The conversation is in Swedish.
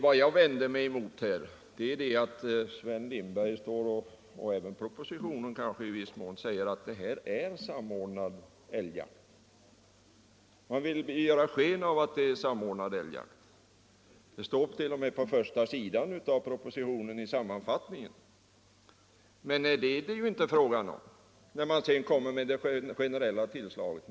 Vad jag vände mig emot var att Sven Lindberg — och i viss mån även propositionen — talar om en samordnad älgjakt. Så står det t.o.m. i sammanfattningen på första sidan av propositionen. Ni vill göra sken av att det rör sig om en samordnad älgjakt, men det gör det ju inte när ni sedan kommer med den generella tilldelningen.